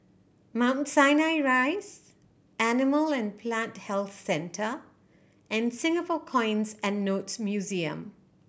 Mount Sinai Rise Animal and Plant Health Centre and Singapore Coins and Notes Museum